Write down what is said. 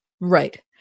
Right